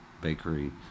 bakery